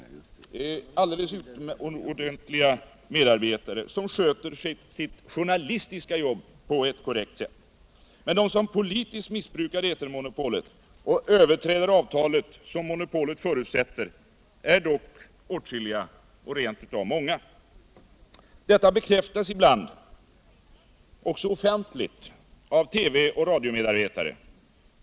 Det är alldeles utomordentliga medarbetare. som sköter sitt journalistiska jobb på ett korrekt sätt. Men de som politiskt missbrukar etermonopolet och överträder avtalet, som monopolet förutsätter, är åtskilliga, rent av många. Detta bekräftas ibland också offentligt av TV och radiomedarbetare.